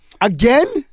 again